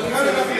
מי בעד?